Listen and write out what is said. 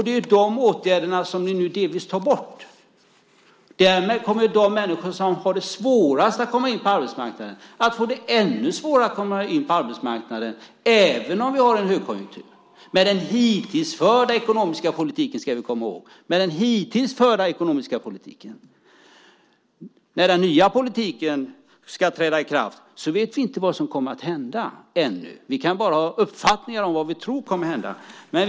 Det är de åtgärderna som ni nu delvis tar bort. Därmed kommer de människor som har det svårast att komma in på arbetsmarknaden att få det ännu svårare att komma in på arbetsmarknaden, även om vi har en högkonjunktur - med den hittills förda ekonomiska politiken, ska vi komma ihåg. När den nya politiken ska träda i kraft vet vi ännu inte vad som kommer att hända. Vi kan bara ha uppfattningar om vad vi tror kommer att hända.